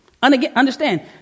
Understand